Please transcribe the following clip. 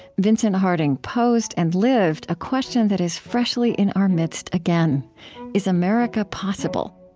vincent harding posed and lived a question that is freshly in our midst again is america possible?